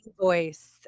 voice